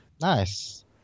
nice